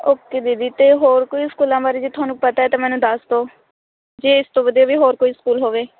okay ਦੀਦੀ ਅਤੇ ਹੋਰ ਕੋਈ ਸਕੂਲਾਂ ਬਾਰੇ ਜੇ ਤੁਹਾਨੂੰ ਪਤਾ ਤਾਂ ਮੈਨੂੰ ਦੱਸਦੋ ਜੇ ਇਸ ਤੋਂ ਵਧੀਆ ਵੀ ਹੋਰ ਕੋਈ ਸਕੂਲ ਹੋਵੇ